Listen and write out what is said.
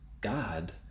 God